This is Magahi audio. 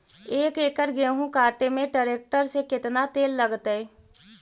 एक एकड़ गेहूं काटे में टरेकटर से केतना तेल लगतइ?